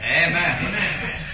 Amen